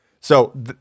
So-